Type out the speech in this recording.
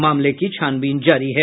मामले की छानबीन जारी है